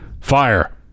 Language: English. fire